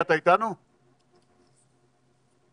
שלום